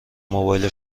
موبایل